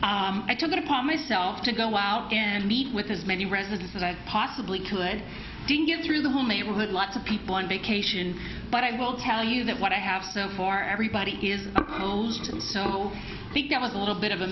i took it upon myself to go out and meet with as many residents that i possibly could to get through the whole neighborhood lots of people on vacation but i will tell you that what i have so far everybody is opposed to so i think that was a little bit of a